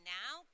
now